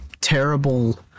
terrible